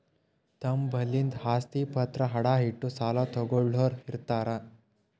ತಮ್ ಬಲ್ಲಿಂದ್ ಆಸ್ತಿ ಪತ್ರ ಅಡ ಇಟ್ಟು ಸಾಲ ತಗೋಳ್ಳೋರ್ ಇರ್ತಾರ